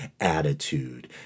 attitude